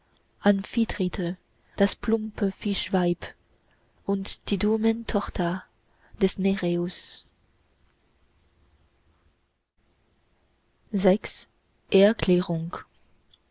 das plumpe fischweib und die dummen töchter des nereus